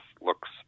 looks